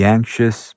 Anxious